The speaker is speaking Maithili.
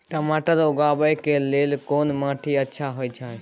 टमाटर उगाबै के लेल कोन माटी अच्छा होय है?